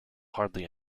hardly